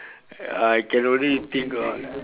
uh I can only think of